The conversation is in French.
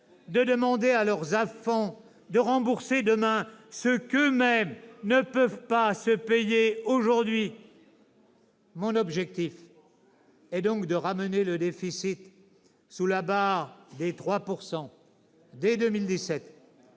de demander à leurs enfants de rembourser demain ce qu'eux-mêmes ne peuvent pas se payer aujourd'hui. « Mon objectif est donc de ramener le déficit sous la barre des 3 % dès 2017